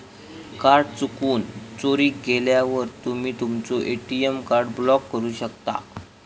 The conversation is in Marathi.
कार्ड चुकून, चोरीक गेल्यावर तुम्ही तुमचो ए.टी.एम कार्ड ब्लॉक करू शकता